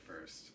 first